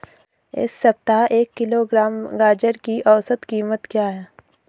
इस सप्ताह एक किलोग्राम गाजर की औसत कीमत क्या है?